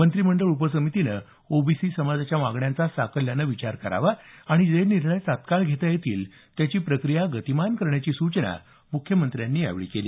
मंत्रिमंडळ उपसमितीने ओबीसी समाजाच्या मागण्यांचा साकल्याने विचार करावा आणि जे निर्णय तत्काळ घेता येतील त्याची प्रक्रिया गतिमान करण्याची सूचना मुख्यमंत्र्यांनी यावेळी केली